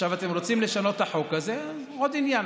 עכשיו, אתם רוצים לשנות את החוק, אז זה עוד עניין.